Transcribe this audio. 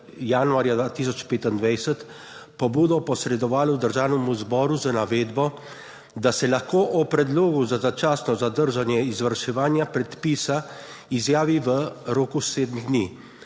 januarja 2025 pobudo posredovalo Državnemu zboru z navedbo, da se lahko o predlogu za začasno zadržanje izvrševanja predpisa izjavi v roku sedmih dni,